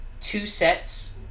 two-sets